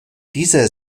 dieser